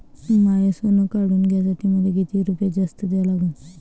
माय सोनं काढून घ्यासाठी मले कितीक रुपये जास्त द्या लागन?